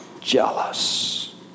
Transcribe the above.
jealous